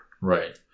right